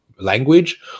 Language